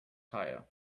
tyre